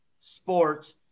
sports